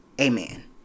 Amen